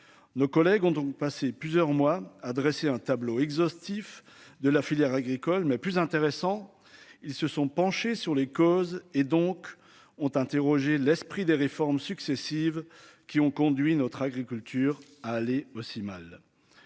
Nos collègues ont donc passé plusieurs mois à dresser un tableau exhaustif de la filière agricole mais plus intéressant. Ils se sont penchés sur les causes et donc ont interrogé l'esprit des réformes successives qui ont conduit notre agriculture aller aussi mal.